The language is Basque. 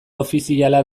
ofiziala